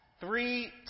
three